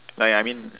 like I mean